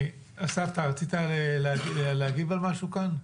אסף, אתה רצית להגיב על משהו כאן?